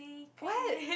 what